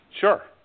Sure